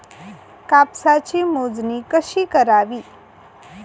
कापसाची मोजणी कशी करावी?